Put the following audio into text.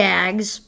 Jags